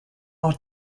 are